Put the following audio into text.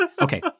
Okay